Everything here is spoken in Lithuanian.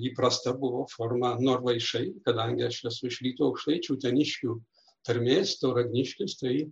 įprasta buvo forma norvaišai kadangi aš esu iš rytų aukštaičių uteniškių tarmės tauragniškis tai